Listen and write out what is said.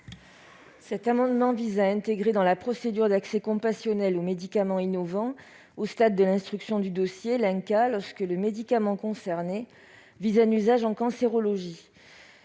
Cet amendement vise à intégrer l'INCa dans la procédure d'accès compassionnel aux médicaments innovants, au stade de l'instruction du dossier, lorsque le médicament concerné vise un usage en cancérologie.